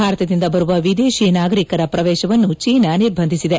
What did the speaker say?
ಭಾರತದಿಂದ ಬರುವ ವಿದೇಶಿ ನಾಗರಿಕರ ಪ್ರವೇಶವನ್ನು ಚೀನಾ ನಿರ್ಬಂಧಿಸಿದೆ